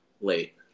late